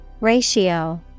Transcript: Ratio